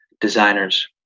designers